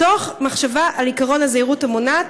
תוך מחשבה על עקרון הזהירות המונעת